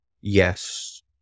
yes